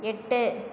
எட்டு